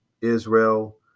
Israel